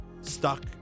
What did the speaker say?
stuck